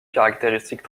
caractéristique